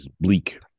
bleak